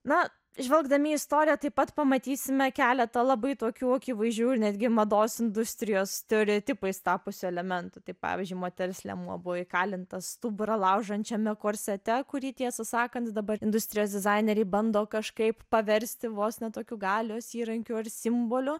na žvelgdami į istoriją taip pat pamatysime keletą labai tokių akivaizdžių ir netgi mados industrijos stereotipais tapusių elementų tai pavyzdžiui moters liemuo buvo įkalintas stuburą laužančiame korsete kurį tiesą sakant dabar industrijos dizaineriai bando kažkaip paversti vos ne tokiu galios įrankiu ar simboliu